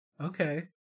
Okay